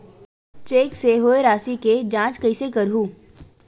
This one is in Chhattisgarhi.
चेक से होए राशि के जांच कइसे करहु?